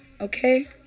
Okay